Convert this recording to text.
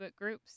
groups